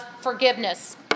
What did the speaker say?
forgiveness